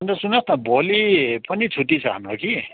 अनि त सुन्नुहोस् न भोलि पनि छुट्टी छ हाम्रो कि